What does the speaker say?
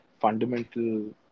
Fundamental